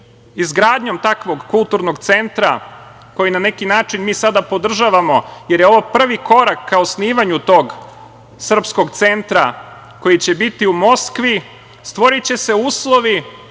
izgradnjom takvog kulturnog centra, koji na neki način mi sada podržavamo, jer je ovo prvi korak ka osnivanju tog srpskog centra, koji će biti u Moskvi, stvoriće se uslovi